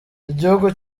igihugu